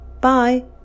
Bye